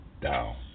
down